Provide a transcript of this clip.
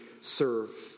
serve